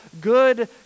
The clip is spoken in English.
good